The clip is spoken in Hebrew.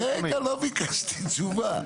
רגע, רגע, לא ביקשתי תשובה.